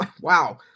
wow